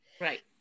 right